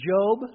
Job